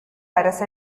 அரச